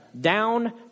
Down